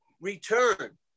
return